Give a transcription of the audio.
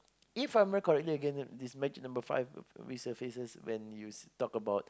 if I remember correctly again this magic number five resurfaces when you talk about